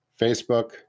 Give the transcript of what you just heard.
Facebook